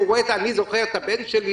אני זוכר את הבן שלי